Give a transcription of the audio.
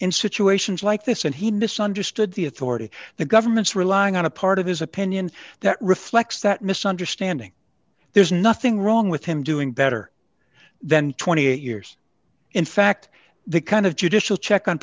in situations like this and he misunderstood the authority the government's relying on a part of his opinion that reflects that misunderstanding there's nothing wrong with him doing better than twenty eight years in fact the kind of judicial check on